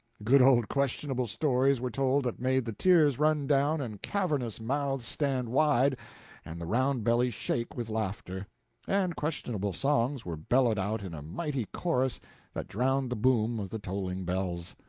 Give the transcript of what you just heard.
good old questionable stories were told that made the tears run down and cavernous mouths stand wide and the round bellies shake with laughter and questionable songs were bellowed out in a mighty chorus that drowned the boom of the tolling bells.